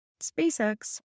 SpaceX